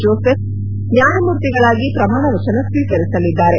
Joseph ನ್ಯಾಯಮೂರ್ತಿಗಳಾಗಿ ಪ್ರಮಾಣ ವಚನ ಸ್ನೀಕರಿಸಲಿದ್ದಾರೆ